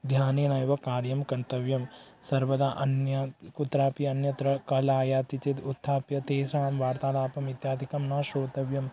ध्यानेनैव कार्यं कन्तव्यं सर्वदा अन्यत्र कुत्रापि अन्यत्र कालातीतः चेत् उत्थाप्य तेषां वार्तालापम् इत्यादिकं न श्रोतव्यं